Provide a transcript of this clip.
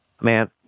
man